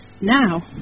now